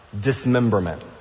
Dismemberment